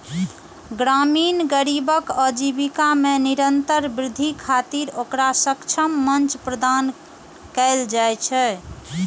ग्रामीण गरीबक आजीविका मे निरंतर वृद्धि खातिर ओकरा सक्षम मंच प्रदान कैल जाइ छै